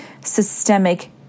systemic